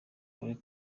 uri